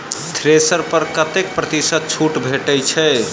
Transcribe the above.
Thresher पर कतै प्रतिशत छूट भेटय छै?